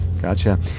Gotcha